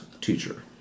teacher